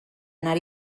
anar